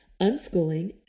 Unschooling